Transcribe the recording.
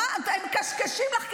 הם מקשקשים לך קשקושים.